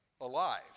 alive